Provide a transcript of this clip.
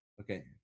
Okay